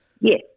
Yes